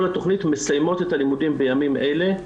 לתכנית ומסיימות את הלימודים בימים אלה.